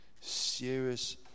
serious